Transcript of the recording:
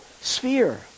sphere